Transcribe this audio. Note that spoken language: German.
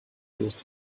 los